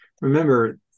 Remember